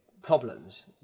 Problems